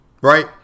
right